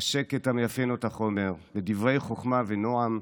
בשקט המאפיין אותך, עומר, בדברי חוכמה ונועם,